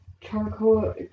charcoal